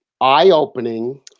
eye-opening